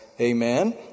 amen